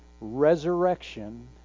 resurrection